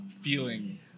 feeling